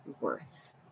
worth